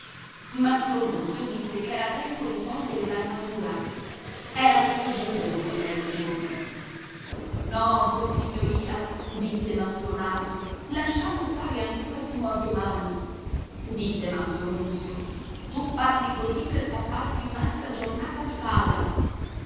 nunzio disse che era tempo di togliere l'armatura era spiovuto dopo il mezzogiorno no vossignoria disse mastro nardo lasciamo stare ancora sino a domani disse mastro nunzio tu parli così per papparti un'altra giornata di paga